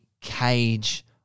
Cage